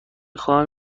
خواهم